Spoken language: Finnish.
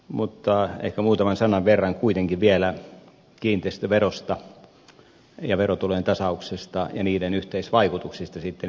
mutta ehkä muutaman sanan verran kuitenkin vielä kiinteistöverosta ja verotulojen tasauksesta ja niiden yhteisvaikutuksista sitten erityyppisiin kuntiin